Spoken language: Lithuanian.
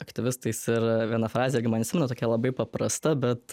aktyvistais ir viena frazė gi man įsiminė tokia labai paprasta bet